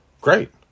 Great